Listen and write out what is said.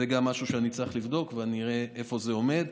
זה גם משהו שאני צריך לבדוק ואני אראה איפה זה עומד.